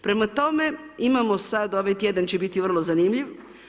Prema tome, imamo sada, ovaj tjedan će biti vrlo zanimljiv.